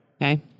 okay